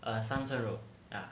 err 三层肉 ya